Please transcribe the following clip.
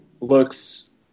looks